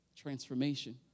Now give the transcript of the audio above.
transformation